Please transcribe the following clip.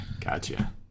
gotcha